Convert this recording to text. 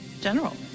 General